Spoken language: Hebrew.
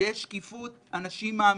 כשיש שקיפות אנשים מאמינים.